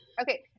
okay